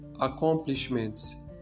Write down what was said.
accomplishments